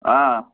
آ